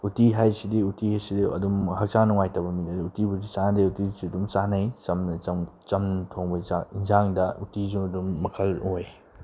ꯎꯠꯇꯤ ꯍꯥꯏꯁꯤꯗꯤ ꯎꯠꯇꯤ ꯑꯁꯤꯗꯤ ꯑꯗꯨꯝ ꯍꯛꯆꯥꯡ ꯅꯨꯡꯉꯥꯏꯇꯕ ꯃꯤꯗꯗꯤ ꯎꯠꯇꯤꯕꯨꯗꯤ ꯆꯥꯗꯦ ꯎꯠꯇꯤꯁꯤ ꯑꯗꯨꯝ ꯆꯥꯅꯩ ꯆꯝꯅ ꯊꯣꯡꯕ ꯆꯥꯛ ꯑꯦꯟꯁꯥꯡꯗ ꯎꯠꯇꯤꯁꯨ ꯑꯗꯨꯝ ꯃꯈꯜ ꯑꯣꯏ